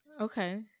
okay